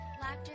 laughter